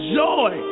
joy